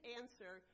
answer